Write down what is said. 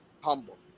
humble